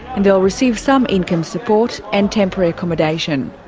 and they'll receive some income support and temporary accommodation.